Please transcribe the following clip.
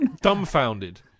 dumbfounded